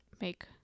make